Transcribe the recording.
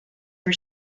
for